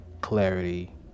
clarity